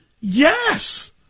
Yes